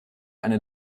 eine